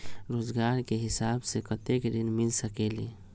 रोजगार के हिसाब से कतेक ऋण मिल सकेलि?